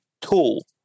tool